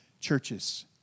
churches